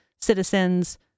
citizens